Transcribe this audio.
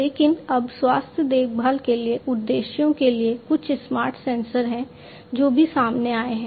लेकिन अब स्वास्थ्य देखभाल के उद्देश्यों के लिए कुछ स्मार्ट सेंसर हैं जो भी सामने आए हैं